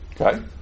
Okay